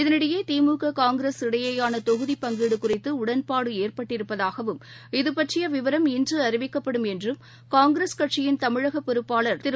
இதனிடையே திமுக காங்கிரஸ் இடையேயானகொகுதிப் பங்கீடுகுறித்துடடன்பாடுஏற்பட்டிருப்பதாகவும் இதுபற்றியவிவரம் இன்றுஅறிவிக்கப்படும் என்றும் காங்கிரஸ் கட்சியின் தமிழகப் பொறுப்பாளர் திரு